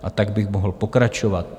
A tak bych mohl pokračovat.